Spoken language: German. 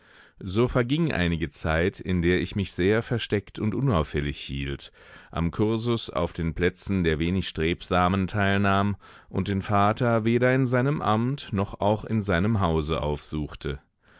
so verging einige zeit in der ich mich sehr versteckt und unauffällig hielt am kursus auf den plätzen der wenig strebsamen teilnahm und den vater weder in seinem amt noch auch in seinem hause aufsuchte